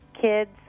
Kids